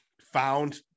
found